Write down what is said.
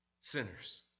sinners